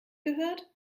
gehört